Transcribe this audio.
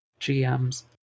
gms